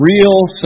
real